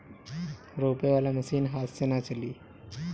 रोपे वाला मशीन हाथ से ना चली